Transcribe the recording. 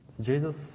Jesus